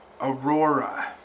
Aurora